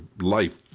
life